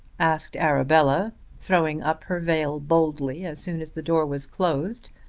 asked arabella, throwing up her veil boldly, as soon as the door was closed.